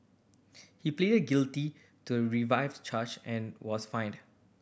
he pleaded guilty to revised charge and was fined